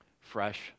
fresh